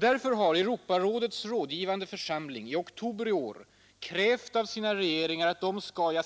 Därför har Europarådets rådgivande församling i oktober i år krävt av sina regeringar att de skall